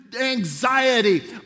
anxiety